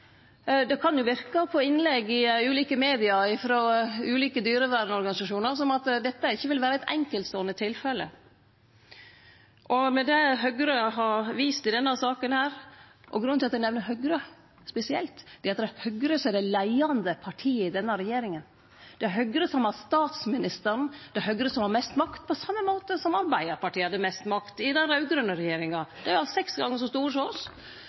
Det kan jo verke på innlegg i ulike medium frå ulike dyrevernorganisasjonar som at dette ikkje vil vere eit enkeltståande tilfelle. Og med det Høgre har vist i denne saka, med det me har sett frå Høgre her, er det tydeleg at det å gi næringsforbod og bruke statleg makt overfor enkeltaktørar, i alle fall i distrikta, kostar dei ingen verdens ting. Grunnen til at eg nemner Høgre spesielt, er at det er Høgre som er det leiande partiet i denne regjeringa, det er Høgre som har statsministeren, det er Høgre som